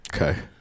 Okay